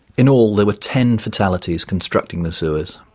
in all there were ten fatalities constructing the sewers.